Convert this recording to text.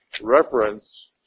reference